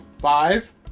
five